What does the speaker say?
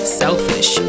selfish